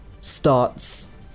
starts